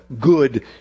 good